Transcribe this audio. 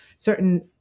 certain